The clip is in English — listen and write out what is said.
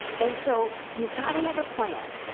and so you've gotta have a plan,